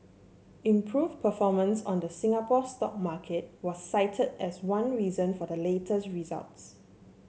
improved performance on the Singapore stock market was cited as one reason for the latest results